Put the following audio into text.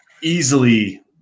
easily